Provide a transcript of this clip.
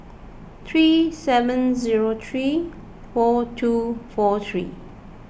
three seven zero three four two four three